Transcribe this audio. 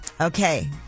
Okay